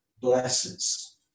blesses